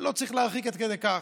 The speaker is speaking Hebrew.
אבל לא צריך להרחיק עד כדי כך.